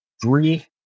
three